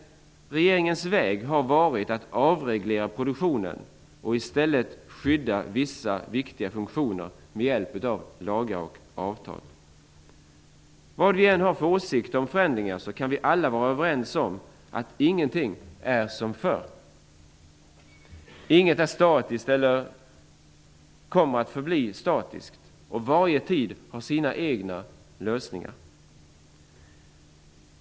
Regeringens väg har varit att avreglera produktionen och i stället skydda vissa viktiga funktioner med hjälp av lagar och avtal. Vad vi än har för åsikter om förändringarna kan vi alla vara överens om att ingenting är som förr. Inget är statiskt och varje tid har sina lösningar.